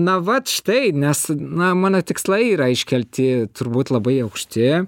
na vat štai nes na mano tikslai yra iškelti turbūt labai aukšti